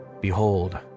behold